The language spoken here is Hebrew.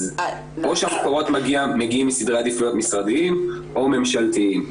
אז או שהמקורות מגיעים מסדרי עדיפויות משרדיים או ממשלתיים.